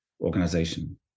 organization